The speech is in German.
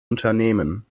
unternehmen